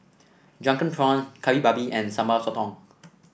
Drunken Prawn Kari Babi and Sambal Sotong